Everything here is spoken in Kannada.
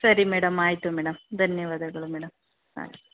ಸರಿ ಮೇಡಮ್ ಆಯಿತು ಮೇಡಮ್ ಧನ್ಯವಾದಗಳು ಮೇಡಮ್ ಹಾಂ